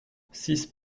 six